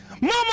Mama